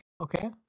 Okay